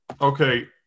Okay